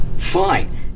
Fine